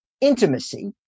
intimacy